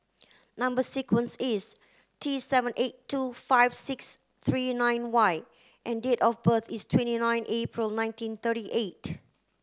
number sequence is T seven eight two five six three nine Y and date of birth is twenty nine April nineteen thirty eight